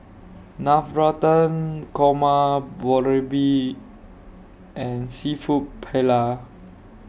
Navratan Korma Boribap and Seafood Paella